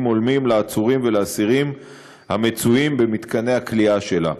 הולמים לעצורים ולאסירים במתקני הכליאה שלה.